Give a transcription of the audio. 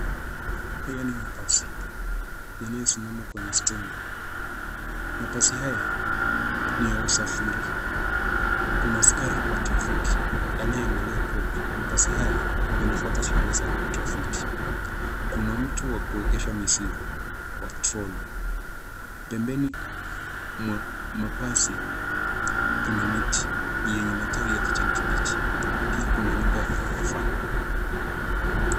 Haya ni mabasi, yanayosimama kwenye (cs)steji(cs). Mabasi haya ni ya usafiri. Kuna askari wa trafiki anayeangalia kuwa mabasi yanafuata sheria za trafiki. Kuna mtu wa kuegesha mizigo kwa troli. Pembeni mwa mabasi kuna miti, yenye matawi ya kijani kibichi. Pia kuna nyumba ya gorofa.